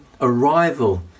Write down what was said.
arrival